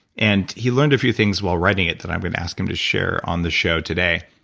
and he learned a few things while writing it that i'm going to ask him to share on the show today.